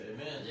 Amen